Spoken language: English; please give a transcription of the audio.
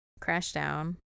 Crashdown